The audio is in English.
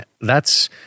thats